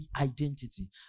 identity